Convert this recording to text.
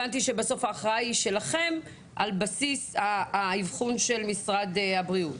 הבנתי שבסוף ההכרעה היא שלכם על בסיס האבחון של משרד הבריאות.